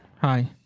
Hi